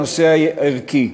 הנושא הערכי.